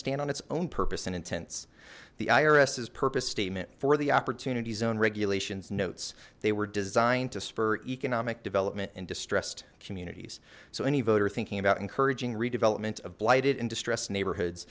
stand on its own purpose and intents the irs is purpose statement for the opportunities own regulations notes they were designed to spur economic development in distressed communities so any voter thinking about encouraging redevelopment of blighted and distressed neighborhoods